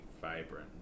vibrant